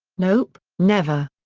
nope, never!